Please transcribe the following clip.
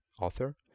author